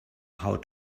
how